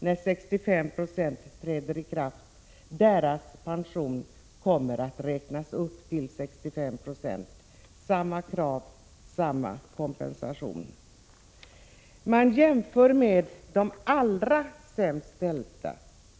För dem som nu har 50 26 kommer pensionen den 1 juli att räknas upp till 65 90 — samma krav, samma kompensation! Man jämför här med de allra sämst ställda.